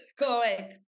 Correct